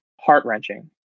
heart-wrenching